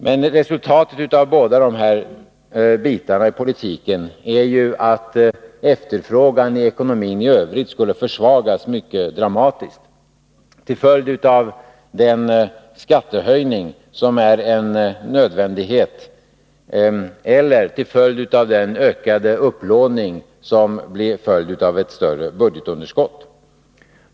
Men resultatet av båda de här bitarna i politiken är att efterfrågan i ekonomin i övrigt skulle försvagas mycket dramatiskt till följd av den skattehöjning som är en nödvändighet, eller till följd av den ökade upplåning som blir en följd av ett större budgetunderskott.